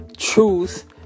truth